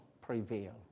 prevail